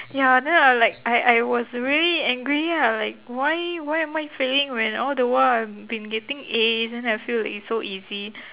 ya then I'm like I I was very angry ah like why why am I failing when all the while I'm been getting As and I feel like it's so easy